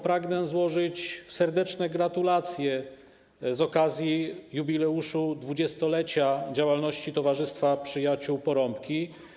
Pragnę złożyć serdeczne gratulacje z okazji jubileuszu 20-lecia działalności Towarzystwa Przyjaciół Porąbki.